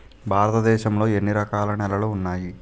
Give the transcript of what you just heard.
భారతదేశం లో ఎన్ని రకాల నేలలు ఉన్నాయి?